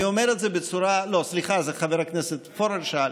לא, סליחה, על זה חבר הכנסת פורר שאל.